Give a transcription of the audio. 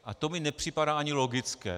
A to mi nepřipadá ani logické.